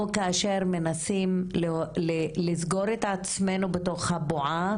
או כאשר מנסים לסגור את עצמנו בתוך הבועה